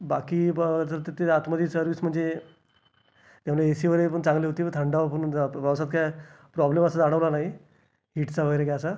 बाकी ब जर तिथे आतमध्ये सर्विस म्हणजे त्यामध्ये ए सी वगैरे पण चांगली होती थंडावा पण होता पावसात काही प्रॉब्लेम असा जाणवला नाही हिटचा वगैरे काही असा